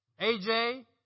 AJ